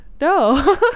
no